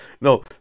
No